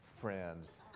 friends